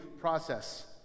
process